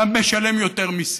גם משלם יותר מיסים.